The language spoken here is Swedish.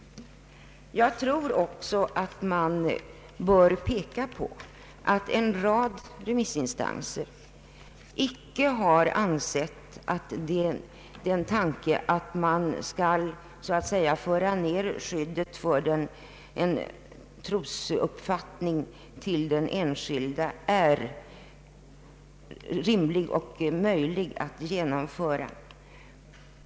Det bör också framhållas att en rad remissinstanser ansett att tanken att föra ned skyddet för en trosuppfattning till individen icke är rimlig och möjlig att genomföra.